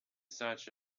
such